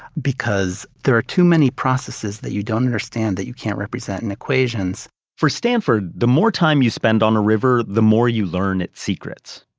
because there are too many processes that you don't understand that you can't represent in equations for stanford, the more time you spend on a river, the more you learn it's secrets.